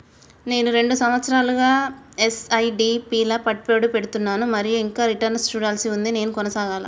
నేను రెండు సంవత్సరాలుగా ల ఎస్.ఐ.పి లా పెట్టుబడి పెడుతున్నాను మరియు ఇంకా రిటర్న్ లు చూడాల్సి ఉంది నేను కొనసాగాలా?